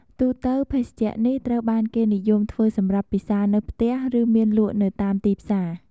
ទូទៅ ភេសជ្ជៈនេះត្រូវបានគេនិយមធ្វើសម្រាប់ពិសារនៅផ្ទះ ឬមានលក់នៅតាមទីផ្សារ។